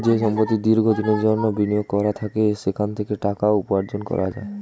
যে সম্পত্তি দীর্ঘ দিনের জন্যে বিনিয়োগ করা থাকে সেখান থেকে টাকা উপার্জন করা যায়